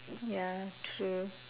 ya true